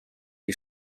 you